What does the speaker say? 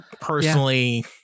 personally